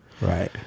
Right